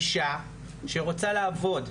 אישה שרוצה לעבוד,